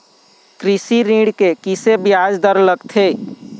कृषि ऋण के किसे ब्याज दर लगथे?